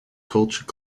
culture